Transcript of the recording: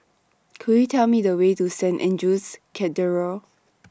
Could YOU Tell Me The Way to Saint Andrew's Cathedral